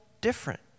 different